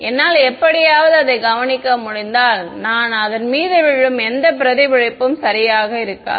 என்னால் எப்படியாவது அதை கவனிக்க முடிந்தால் அதன் மீது விழும் எந்த பிரதிபலிப்பும் சரியாக இருக்காது